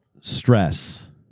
Stress